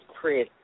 Chris